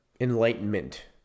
enlightenment